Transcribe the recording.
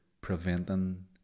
preventing